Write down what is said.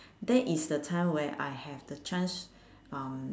that is the time where I have the chance um